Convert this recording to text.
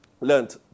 learned